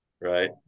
right